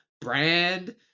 brand